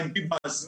חיים ביבס.